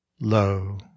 Lo